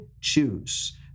choose